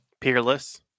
Peerless